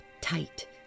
tight